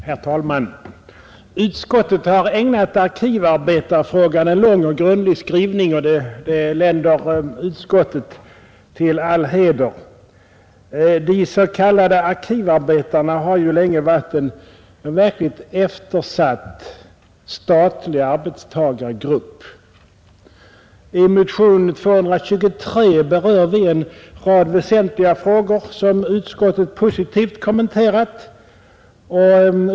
Herr talman! Utskottet har ägnat arkivarbetarfrågan en lång och grundlig skrivning, och det länder utskottet till all heder. De s.k. arkivarbetarna har ju länge varit en verkligt eftersatt grupp statliga arbetstagare. I motion nr 223 berör vi en rad väsentliga frågor som utskottet positivt kommenterat.